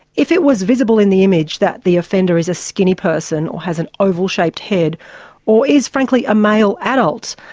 if it was visible in the image that the offender is a skinny person or has an oval shaped head or is, frankly, a male adult,